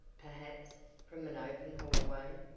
perhaps, from an open hallway.